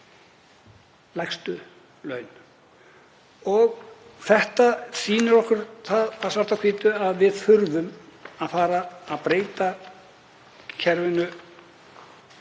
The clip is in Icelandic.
lægstu laun. Þetta sýnir okkur svart á hvítu að við þurfum að fara að breyta kerfinu